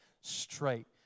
straight